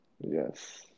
Yes